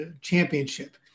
championship